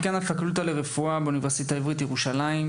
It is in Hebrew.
דיקן הפקולטה לרפואה באוניברסיטה העברית בירושלים,